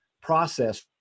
process